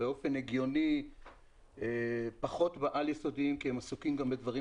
באופן הגיוני פחות בעל-יסודיים כי הם עסוקים גם בדברים